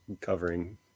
covering